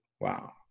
wow